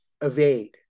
evade